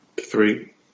Three